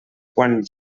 quan